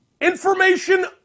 information